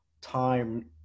time